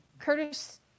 Curtis